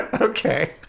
okay